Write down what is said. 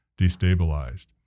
destabilized